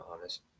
honest